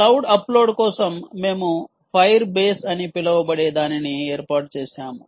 cloud upload కోసం మేము Firebase అని పిలువబడే దానిని ఏర్పాటు చేశాము